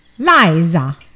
Liza